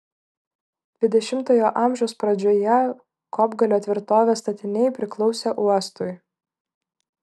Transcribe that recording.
dvidešimtojo amžiaus pradžioje kopgalio tvirtovės statiniai priklausė uostui